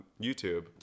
YouTube